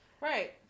right